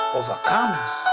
overcomes